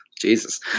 Jesus